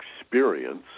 experience